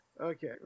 Okay